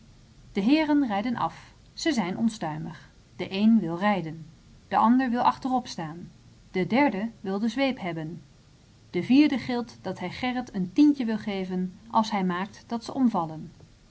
de heeren rijden af ze zijn ontstuimig de een wil rijden de ander wil achterop staan de derde wil de zweep hebben de vierde gilt dat hij gerrit een tientje wil geven als hij maakt dat ze omvallen